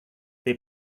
they